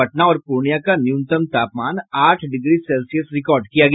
पटना और प्रर्णियां का न्यूनतम तापमान आठ डिग्री सेल्सियस रिकॉर्ड किया गया